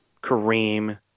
Kareem